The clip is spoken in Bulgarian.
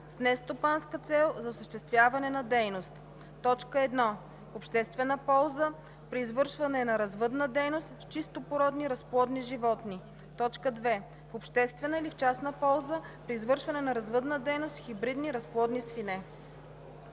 с нестопанска цел за осъществяване на дейност: 1. в обществена полза – при извършване на развъдна дейност с чистопородни разплодни животни; 2. в обществена или в частна полза – при извършване на развъдна дейност с хибридни разплодни свине.“